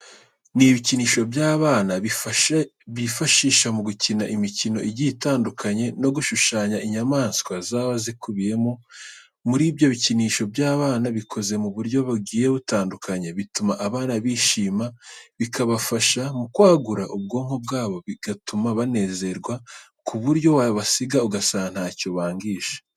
Ni ibikinisho by'abana bifashisha mu gukina imikino igiye itandukanye no gushushanya inyamatswa zaba zikubiyemo. Muri ibyo bikinisho by'abana bikoze mu buryo bugiye butandukanye bituma abana bishima bikabafasha mu kwagura ubwonko bwabo bituma banezerwa ku buryo wabasiga ugasanga ntacyo bangije.